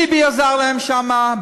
ביבי עזר להם שם,